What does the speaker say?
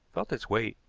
felt its weight,